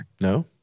no